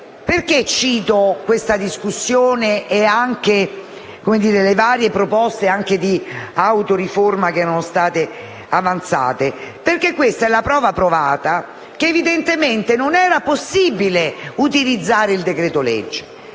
è accaduto. Questa discussione e le varie proposte di autoriforma che erano state avanzate sono la prova provata che evidentemente non era possibile utilizzare il decreto‑legge.